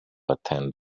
attend